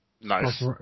Nice